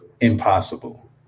impossible